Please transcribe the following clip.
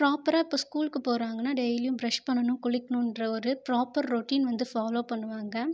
ப்ராப்பராக இப்போது ஸ்கூலுக்கு போகிறாங்கனா டெய்லியும் ப்ரஷ் பண்ணனும் குளிக்கணுன்ற ஒரு ப்ராப்பர் ரொட்டின் வந்து ஃபாலோ பண்ணுவாங்கள்